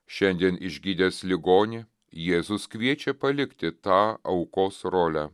šiandien išgydęs ligonį jėzus kviečia palikti tą aukos rolę